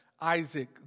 Isaac